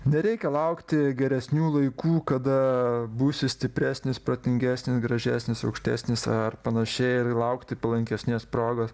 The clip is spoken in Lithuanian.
nereikia laukti geresnių laikų kada būsi stipresnis protingesnis gražesnis aukštesnis ar panašiai ir laukti palankesnės progos